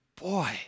Boy